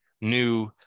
new